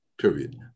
Period